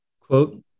Quote